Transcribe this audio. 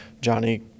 Johnny